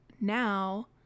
now